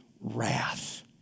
wrath